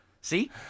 See